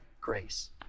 grace